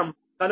015 మీటర్లు